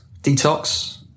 detox